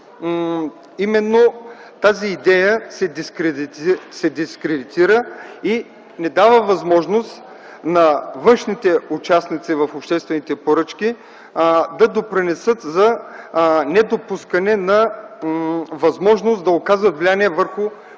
именно тази идея се дискредитира и не дава възможност на външните участници в обществените поръчки да допринесат за недопускане на възможност да оказват влияние върху комисиите.